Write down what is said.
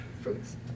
fruits